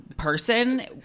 person